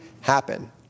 happen